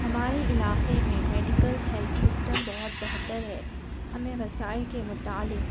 ہمارے علاقے میں میڈیکل ہیلتھ سسٹم بہت بہتر ہے ہمیں وسائل کے متعلق